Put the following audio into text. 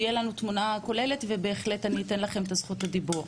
תהיה לנו תמונה כוללת ואני בהחלט אתן לכם את זכות הדיבור,